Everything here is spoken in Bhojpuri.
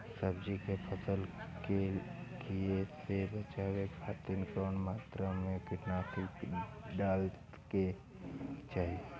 सब्जी के फसल के कियेसे बचाव खातिन कवन मात्रा में कीटनाशक डाले के चाही?